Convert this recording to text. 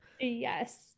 yes